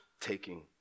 taking